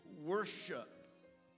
worship